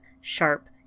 sharp